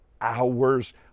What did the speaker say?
hours